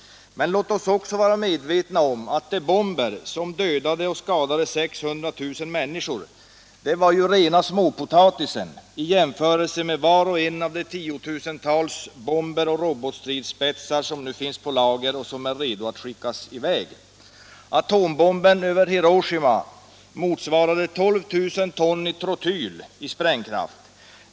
Men låt oss också vara medvetna om att de bomber som dödade och skadade 600 000 människor var småpotatis i jämförelse med var och en av de tiotusentals bomber och robotstridsspetsar som nu finns på lager redo att skickas iväg. Atombomben över Hiroshima motsvarade 12 000 ton trotyl i sprängkraft.